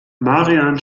marian